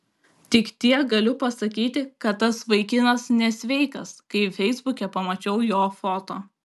tik tiek galiu pasakyti kad tas vaikinas nesveikas kai feisbuke pamačiau jo foto